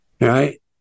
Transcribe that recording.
right